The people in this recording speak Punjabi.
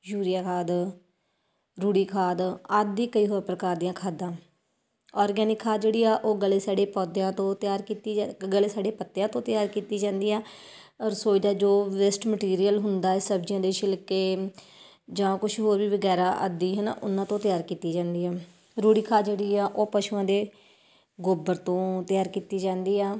ਯੂਰੀਆ ਖਾਦ ਰੂੜੀ ਖਾਦ ਆਦਿ ਕਈ ਹੋਰ ਪ੍ਰਕਾਰ ਦੀਆਂ ਖਾਦਾਂ ਆਰਗੈਨਿਕ ਖਾਦ ਜਿਹੜੀ ਆ ਉਹ ਗਲੇ ਸੜੇ ਪੌਦਿਆਂ ਤੋਂ ਤਿਆਰ ਕੀਤੀ ਜ ਗਲੇ ਸੜੇ ਪੱਤਿਆਂ ਤੋਂ ਤਿਆਰ ਕੀਤੀ ਜਾਂਦੀ ਆ ਰਸੋਈ ਦਾ ਜੋ ਵੈਸਟ ਮਟੀਰੀਅਲ ਹੁੰਦਾ ਸਬਜ਼ੀਆਂ ਦੇ ਛਿਲਕੇ ਜਾਂ ਕੁਛ ਹੋਰ ਵੀ ਵਗੈਰਾ ਆਦਿ ਹੈ ਨਾ ਉਹਨਾਂ ਤੋਂ ਤਿਆਰ ਕੀਤੀ ਜਾਂਦੀ ਆ ਰੂੜੀ ਖਾਦ ਜਿਹੜੀ ਆ ਉਹ ਪਸ਼ੂਆਂ ਦੇ ਗੋਬਰ ਤੋਂ ਤਿਆਰ ਕੀਤੀ ਜਾਂਦੀ ਆ